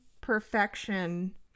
perfection